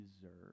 deserve